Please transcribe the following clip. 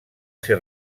ser